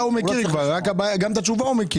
וגם את התשובה.